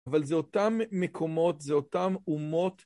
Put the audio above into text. אבל זה אותם מקומות, זה אותם אומות.